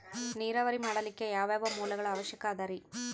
ನೇರಾವರಿ ಮಾಡಲಿಕ್ಕೆ ಯಾವ್ಯಾವ ಮೂಲಗಳ ಅವಶ್ಯಕ ಅದರಿ?